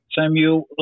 Samuel